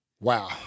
Wow